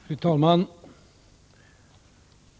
Fru talman!